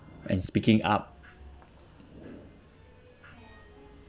and speaking up